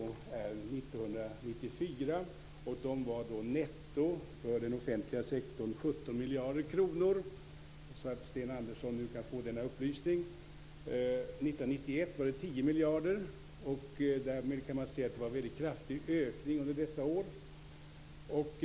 Jag vill ge Sten Andersson upplysningen att 1994 var kostnaderna för invandringen för den offentliga sektorn 17 miljarder kronor. 1991 var kostnaderna 10 miljarder kronor. Det var alltså en kraftig ökning under dessa år.